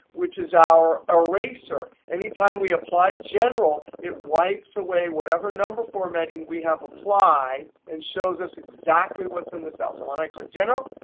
which is our eraser. any time we apply general, it wipes away whatever number formatting we have applied, and shows us exactly what's in the cell. so when i click general,